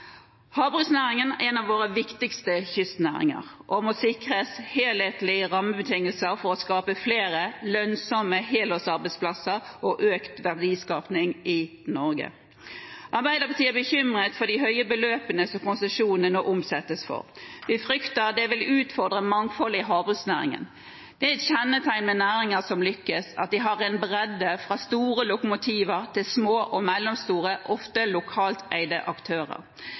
Havbruksnæringen er en av våre viktigste kystnæringer og må sikres helhetlige rammebetingelser for å skape flere lønnsomme helårsarbeidsplasser og økt verdiskaping i Norge. Arbeiderpartiet er bekymret for de høye beløpene som konsesjonene nå omsettes for. Vi frykter det vil utfordre mangfoldet i havbruksnæringen. Det er et kjennetegn ved næringer som lykkes, at de har en bredde, fra store lokomotiver til små og mellomstore, ofte lokalt eide, aktører.